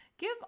Give